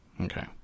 Okay